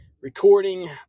recording